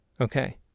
Okay